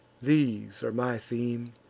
these are my theme,